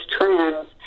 trends